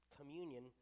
communion